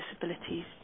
disabilities